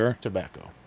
tobacco